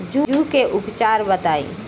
जूं के उपचार बताई?